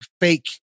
fake